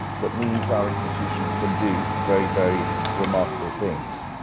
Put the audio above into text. that means our institutions can do very, very remarkable things.